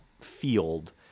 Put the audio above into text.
field